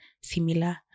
similar